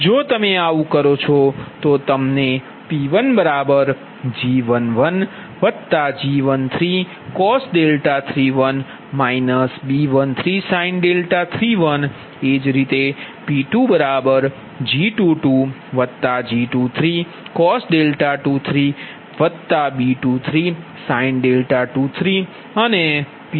જો તમે આવું કરો છો તો તમને P1G11G13cos31 B13sin31